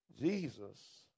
Jesus